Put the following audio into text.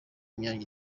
imyanya